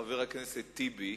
חבר הכנסת טיבי,